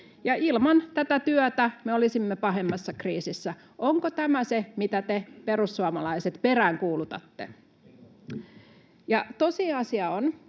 ilman tätä työtä me olisimme pahemmassa kriisissä. Onko tämä se, mitä te perussuomalaiset peräänkuulutatte? Ja tosiasia on,